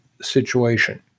Situation